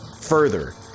further